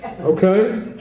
okay